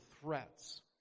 Threats